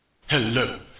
Hello